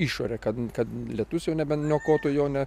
išorę kad kad lietus jau nebeniokotų jo ne